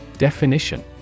Definition